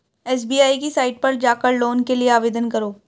SBI की site पर जाकर लोन के लिए आवेदन करो